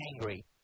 angry